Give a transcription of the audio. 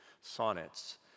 Sonnets